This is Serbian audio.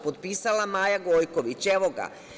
Potpisala Maja Gojković, evo ga.